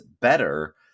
better